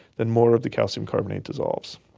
then more of the calcium carbonate dissolves.